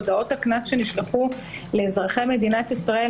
הודעות הקנס שנשלחו לאזרחי מדינת ישראל,